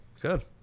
Good